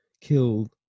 killed